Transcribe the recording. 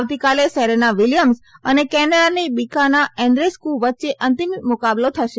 આવતીકાલે Serena Williams અને કેનેડાની બિકાના એન્દ્રેસ્ક વચ્ચે અંતિમ મુકાબલો થશે